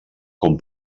com